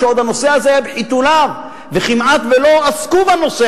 כשעוד הנושא הזה היה בחיתוליו וכמעט שלא עסקו בו,